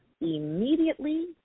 immediately